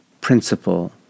principle